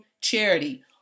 Charity